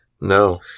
No